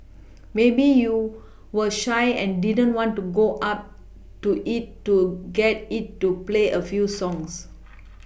maybe you were shy and didn't want to go up to it to get it to play a few songs